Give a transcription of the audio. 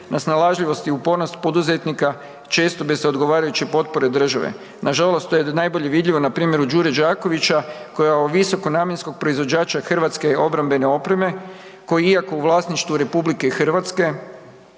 na snalažljivosti u .../nerazumljivo/... poduzetnika i često bi se odgovarajuće potpore države. Nažalost to je najbolje vidljivo na primjeru Đure Đakovića koja o visoko namjenskog proizvođača hrvatske obrambene opreme, koja iako u vlasništvu RH,